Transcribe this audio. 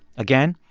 again,